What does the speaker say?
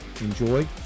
enjoy